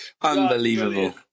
Unbelievable